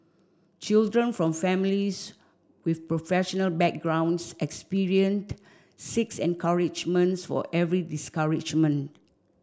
children from families with professional backgrounds experienced six encouragements for every discouragement